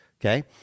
okay